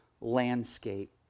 landscape